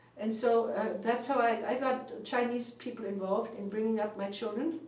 and so that's how i got chinese people involved in bringing up my children.